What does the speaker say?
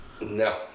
No